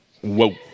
Whoa